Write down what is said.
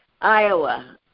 Iowa